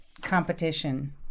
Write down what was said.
competition